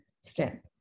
step